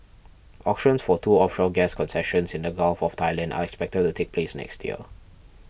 auctions for two offshore gas concessions in the Gulf of Thailand are expected to take place next year